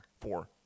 four